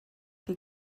die